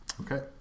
Okay